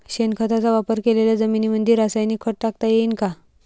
शेणखताचा वापर केलेल्या जमीनीमंदी रासायनिक खत टाकता येईन का?